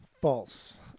False